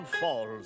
falls